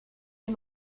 est